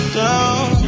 down